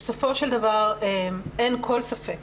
בסופו של דבר אין כל ספק